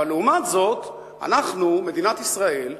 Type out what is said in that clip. אבל לעומת זאת מדינת ישראל,